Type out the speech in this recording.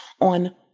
on